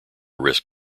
risk